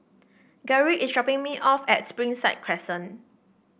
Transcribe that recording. Garrick is dropping me off at Springside Crescent